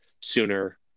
sooner